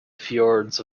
fjords